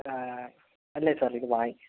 അല്ല സർ ഇത് വായ്